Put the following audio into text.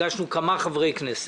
הגשנו כמה חברי כנסת,